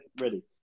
ready